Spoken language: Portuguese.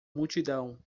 multidão